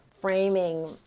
framing